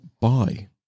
buy